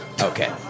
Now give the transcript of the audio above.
Okay